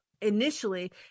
initially